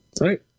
right